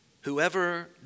whoever